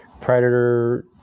Predator